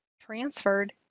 transferred